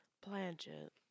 Planchet